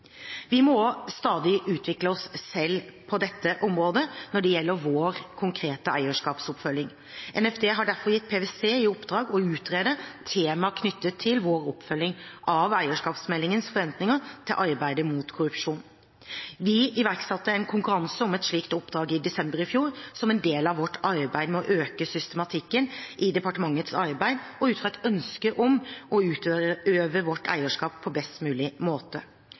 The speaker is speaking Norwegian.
Vi må også stadig utvikle oss selv på dette området når det gjelder vår konkrete eierskapsoppfølging. Nærings- og fiskeridepartementet har derfor gitt PwC i oppdrag å utrede temaer knyttet til vår oppfølging av eierskapsmeldingens forventninger til arbeidet mot korrupsjon. Vi iverksatte en konkurranse om et slikt oppdrag i desember i fjor, som en del av vårt arbeid med å øke systematikken i departementets arbeid og ut fra et ønske om å utøve vårt eierskap på best mulig måte.